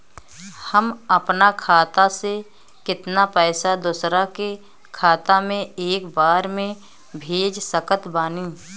हम अपना खाता से केतना पैसा दोसरा के खाता मे एक बार मे भेज सकत बानी?